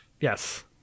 yes